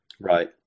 Right